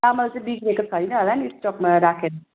चामल चाहिँ बिग्रेको छैन होला नि स्टकमा राखेर